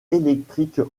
électriques